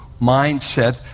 mindset